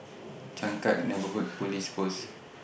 Changkat Neighbourhood Police Post